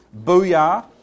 Booyah